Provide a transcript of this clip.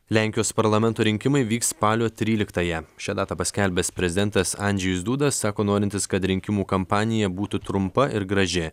lenkijos parlamento rinkimai vyks spalio tryliktąją šią datą paskelbęs prezidentas andžejus duda sako norintis kad rinkimų kampanija būtų trumpa ir graži